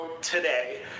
today